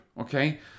okay